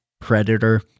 predator